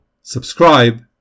Subscribe